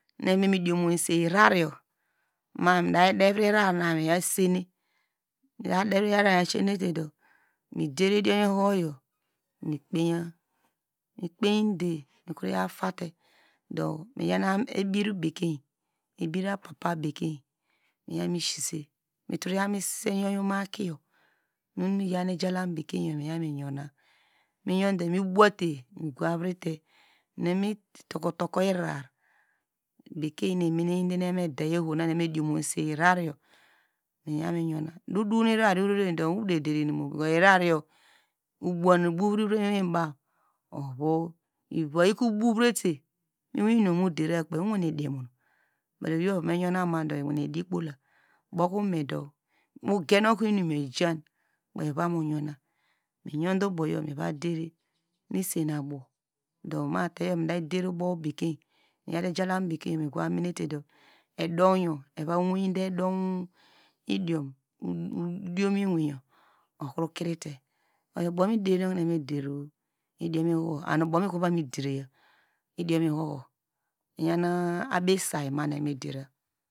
Mine memi diomose irarayor ma mi da devri erarana meya sisena, mi yaw devri ararayo miya siyenete do mider idiom ihoho yor mi kpeya, mi kpey de miyatate do miyante ebir bekeriebir apapa bekem mesise, mitroya misese yon movum akiyo nu, nu miyan ijalam bekein yor miya. Miyona miyond mibowate nu imo tokotoke irara, bekein nu emene imina nu midioma nu evome diomose irarayor do udaw nu irarayo ureredu udere derinu mu irarayor ubuwan ibouri uren muiwinbaw, ova, ivi ikro bovrete moiwemu muderu ke owene dimunu but ewei evo meyona mandu ewimedi kpola bokomedo mu gen okonu inum yor ijan kpei ova mouyouna, miyunde uboyo miva dere nu esiabo do ma te yor mi da der ubow bekein, miyate yalam bekein miva menete do eva weide edu idiom yor udiom iwinyor okro krete oyo ubow miderino kuno evame der idiom ihoho okomiva mederaya idiom ihoho iyan abisay manu eva me dera.